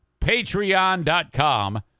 Patreon.com